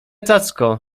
cacko